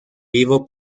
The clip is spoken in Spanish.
vivo